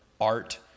art